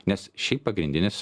nes šiaip pagrindinis